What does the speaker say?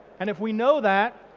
and if we know that,